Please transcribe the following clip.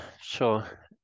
sure